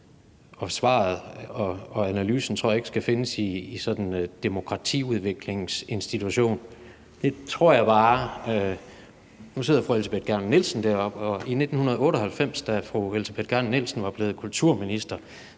og svaret og analysen tror jeg ikke skal findes i sådan en demokratiudviklingsinstitution. Nu sidder fru Elsebeth Gerner Nielsen deroppe, og i 1998, da fru Elsebeth Gerner Nielsen var blevet kulturminister,